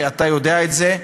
ואתה יודע את זה,